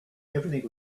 everything